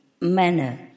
manner